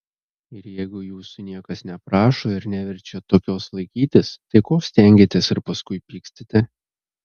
ir jeigu jūsų niekas neprašo ir neverčia tokios laikytis tai ko stengiatės ir paskui pykstate